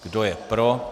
Kdo je pro?